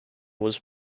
was